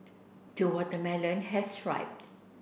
the watermelon has ripe